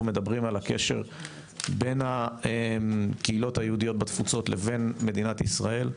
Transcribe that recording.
מדברים על הקשר בין הקהילות היהודיות בתפוצות לבין מדינת ישראל.